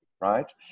right